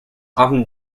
often